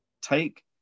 Take